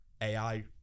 AI